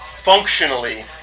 Functionally